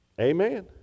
Amen